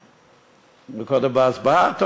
בהצבעה.